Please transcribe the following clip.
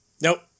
Nope